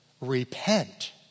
Repent